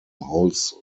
holds